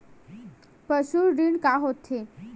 पशु ऋण का होथे?